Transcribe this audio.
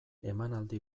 emanaldi